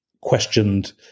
questioned